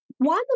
One